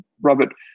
Robert